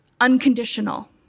unconditional